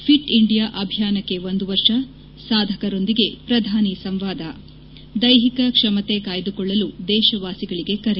fit India ಅಭಿಯಾನಕ್ಕೆ ಒಂದು ವರ್ಷ ಸಾಧಕರೊಂದಿಗೆ ಪ್ರಧಾನಿ ಸಂವಾದ ದ್ವೇಹಿಕ ಕ್ಷಮತೆ ಕಾಯ್ಲುಕೊಳ್ಳಲು ದೇಶವಾಸಿಗಳಿಗೆ ಕರೆ